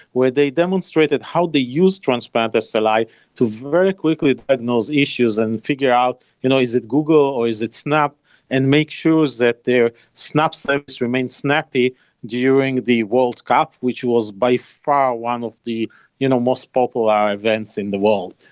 where they demonstrated how they use transplant sli to very quickly add those issues and figure out you know is it google, or is it snap and make sure that their snap steps remain snappy during the world cup, which was by far, one of the you know most popular events in the world.